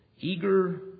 eager